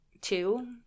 Two